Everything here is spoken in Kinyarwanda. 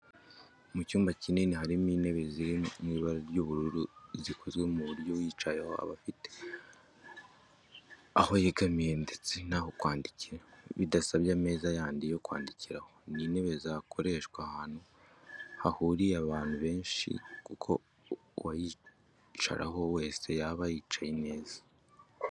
Mu cyumba kinini harimo intebe ziri mu ibara ry'ubururu zikozwe ku buryo uyicayeho aba afite aho yegamira ndetse n'aho kwandikira bidasabye ameza yandi yo kwandikiraho, Ni intebe zakoreshwa ahantu hahuriye abantu benshi kuko uwayicaraho wese yaba yicaye neza.